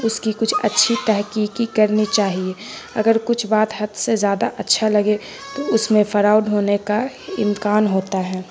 اس کی کچھ اچھی تحقیقی کرنی چاہیے اگر کچھ بات حد سے زیادہ اچھا لگے تو اس میں فراٹ ہونے کا امکان ہوتا ہے